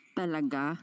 talaga